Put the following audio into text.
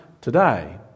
today